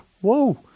whoa